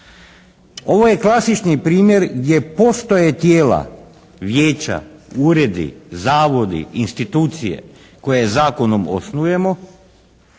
Ovo je klasični primjer gdje postoje tijela Vijeća, uredi, zavodi, institucije koje zakonom osnujemo